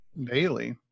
daily